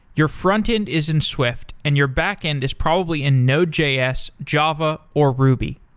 your front-end is in swift and your backend is probably in node js, java, or ruby.